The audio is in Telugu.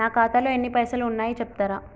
నా ఖాతాలో ఎన్ని పైసలు ఉన్నాయి చెప్తరా?